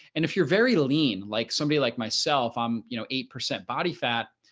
and if you're very lean, like somebody like myself, i'm you know, eight percent body fat,